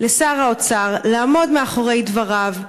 לשר האוצר לעמוד מאחורי דבריו.